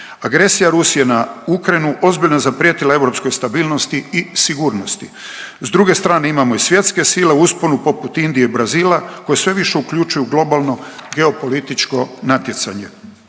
Agresija Rusije na Ukrajinu ozbiljno je zaprijetila europskoj stabilnosti i sigurnosti. S druge strane imamo i svjetske sile u usponu poput Indije i Brazila koje sve više uključuju globalno geopolitičko natjecanje.